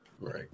Right